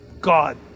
God